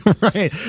Right